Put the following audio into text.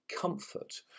comfort